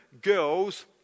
girls